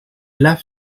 left